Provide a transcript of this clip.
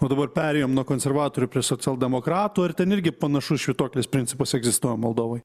va dabar perėjom nuo konservatorių prie socialdemokratų ir ten irgi panašus švytuoklės principas egzistuoja moldovoj